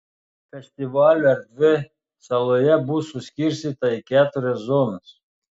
festivalio erdvė saloje bus suskirstyta į keturias zonas